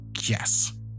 Yes